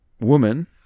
woman